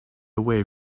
away